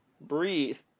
Breathe